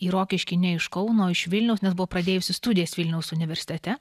į rokiškį ne iš kauno o iš vilniaus nes buvo pradėjusi studijas vilniaus universitete